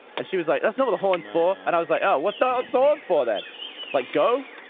and she was like that's not the horn sport, and i was like. yeah, what's ah what's on for that like go?